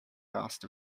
asked